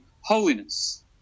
holiness